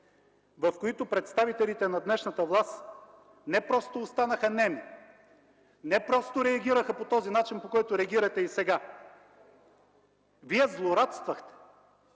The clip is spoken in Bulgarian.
в които представителите на днешната власт не просто останаха неми, не просто реагираха по този начин, по който реагирате и сега – вие злорадствахте.